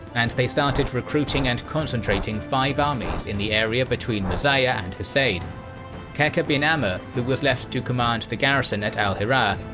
and they started recruiting and concentrating five armies in the area between muzayyah and husaid. qaqa bin amr, who was left to command the garrison at al-hirah,